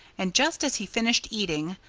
and just as he finished eating,